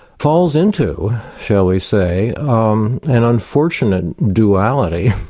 falls into shall we say um an unfortunate duality,